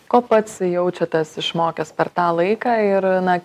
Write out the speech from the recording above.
ko pats jaučiatės išmokęs per tą laiką ir na